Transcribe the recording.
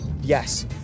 Yes